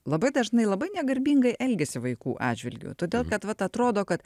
labai dažnai labai negarbingai elgiasi vaikų atžvilgiu todėl kad vat atrodo kad